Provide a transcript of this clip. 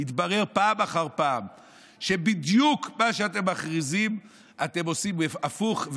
התברר פעם אחר פעם שבמה שאתם מכריזים אתם עושים בדיוק הפוך,